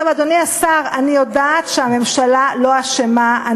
עכשיו, אדוני השר, אני יודעת שהממשלה לא אשמה.